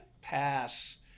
pass